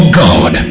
god